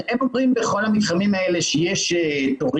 אנחנו עושים עבודה משותפת עם המשטרה.